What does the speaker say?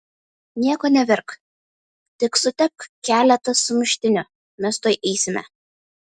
nieko nevirk tik sutepk keletą sumuštinių mes tuoj eisime